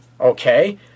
okay